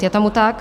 Je tomu tak?